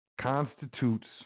constitutes